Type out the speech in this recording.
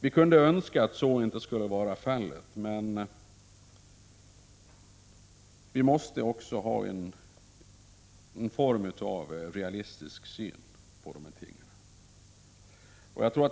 Vi kan önska att så inte skulle vara fallet, men vi måste också ha en realistisk syn på dessa ting.